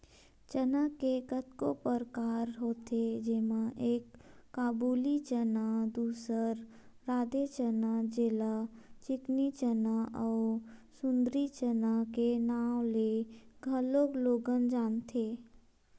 चना के कतको परकार होथे जेमा एक काबुली चना, दूसर राधे चना जेला चिकनी चना अउ सुंदरी चना के नांव ले घलोक लोगन जानथे